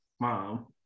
mom